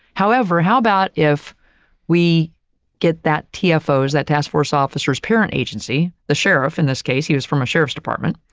however, how about if we get that tfo, that task force officer's parent agency, the sheriff in this case he was from a sheriff's department,